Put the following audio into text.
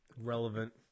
relevant